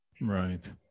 Right